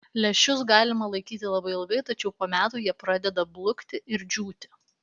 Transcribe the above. lęšius galima laikyti labai ilgai tačiau po metų jie pradeda blukti ir džiūti